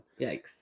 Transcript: Yikes